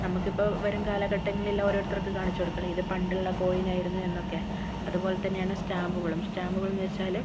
നമുക്ക് ഇപ്പം വരും കാലഘട്ടങ്ങളിൽ ഓരോരുത്തർക്കും കാണിച്ച് കൊടുക്കാമല്ലോ ഇത് പണ്ടുള്ള കോയിൻ ആയിരുന്നു എന്നൊക്കെ അതുപോലെ തന്നെയാണ് സ്റ്റാമ്പുകളും സ്റ്റാമ്പുകൾ എന്നു വെച്ചാൽ